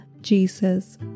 Jesus